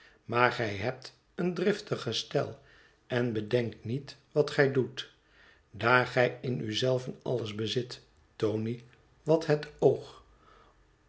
maar gij hebt een driftig gestel en bedenkt niet wat gij doet daar gij in u zelven alles bezit tony wat het oog